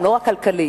לא רק כלכלית.